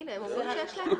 הנה, יש בעיה.